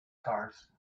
cards